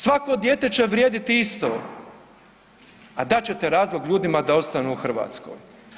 Svako dijete će vrijediti isto, a dat ćete razlog ljudima da ostanu u Hrvatskoj.